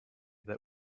that